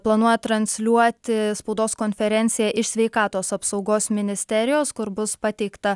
planuoja transliuoti spaudos konferenciją iš sveikatos apsaugos ministerijos kur bus pateikta